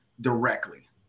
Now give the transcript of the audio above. directly